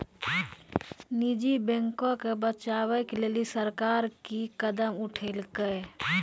निजी बैंको के बचाबै के लेली सरकार कि कदम उठैलकै?